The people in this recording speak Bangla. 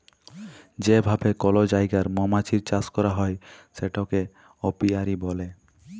যে ভাবে কল জায়গায় মমাছির চাষ ক্যরা হ্যয় সেটাকে অপিয়ারী ব্যলে